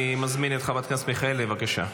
אני מזמין את חברת הכנסת מיכאלי, בבקשה.